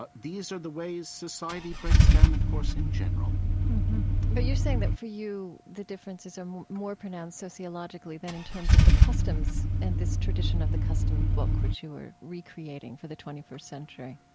but these are the ways society breaks down, of course, in general but you're saying that for you the differences are more pronounced sociologically than in terms of the customs and this tradition of the customs book, which you were recreating for the twenty first century